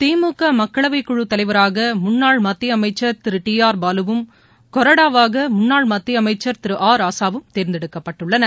திமுக மக்களவைக் குழுத் தலைவராக முன்னாள் மத்திய அமைச்சர் திரு டி ஆர் பாலுவும் கொறடாவாக முன்னாள் மத்திய அமைச்சர் திரு ஆ ராசாவும் தேர்ந்தெடுக்கப்பட்டுள்ளனர்